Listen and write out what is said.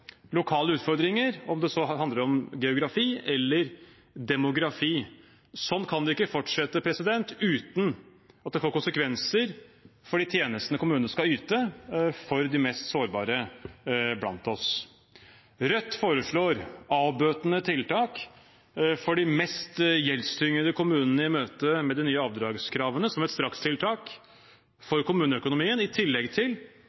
lokale utfordringer, om det så handler om geografi eller demografi. Sånn kan det ikke fortsette uten at det får konsekvenser for de tjenestene kommunene skal yte til de mest sårbare blant oss. Rødt foreslår avbøtende tiltak for de mest gjeldstyngede kommunene i møte med de nye avdragskravene som et strakstiltak for kommuneøkonomien, i tillegg til